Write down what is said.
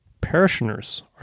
parishioners